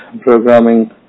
programming